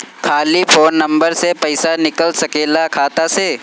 खाली phone number से पईसा निकल सकेला खाता से?